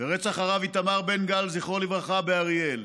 ורצח הרב איתמר בן גל זכרו לברכה באריאל.